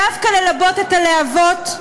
דווקא ללבות את הלהבות,